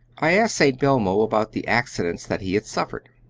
i asked st. belmo about the accidents that he had suffered.